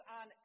on